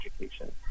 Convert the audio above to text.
education